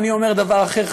אני אומר דבר אחר,